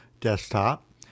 desktop